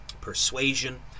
Persuasion